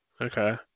Okay